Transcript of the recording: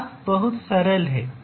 task बहुत सरल है